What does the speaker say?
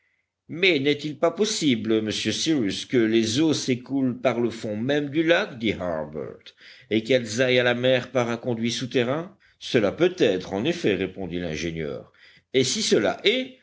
mais n'est-il pas possible monsieur cyrus que les eaux s'écoulent par le fond même du lac dit harbert et qu'elles aillent à la mer par un conduit souterrain cela peut être en effet répondit l'ingénieur et si cela est